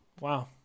Wow